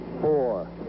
four